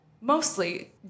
mostly